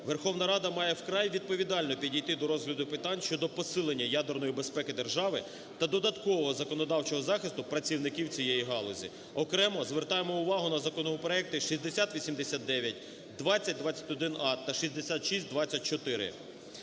Верховна Рада має вкрай відповідально підійти до розгляду питань щодо посилення ядерної безпеки держави та додаткового законодавчого захисту працівників цієї галузі. Окремо звертаємо увагу на законопроекти 6089, 2021а та 6624.